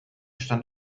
stand